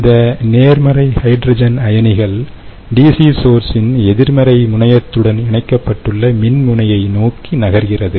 இந்த நேர்மறை ஹைட்ரஜன் அயனிகள் டிசி சோர்ஸ் இன் எதிர்மறை முனையத்துடன் இணைக்கப்பட்டுள்ள மின்முனையை நோக்கி நகர்கிறது